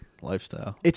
lifestyle